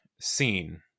seen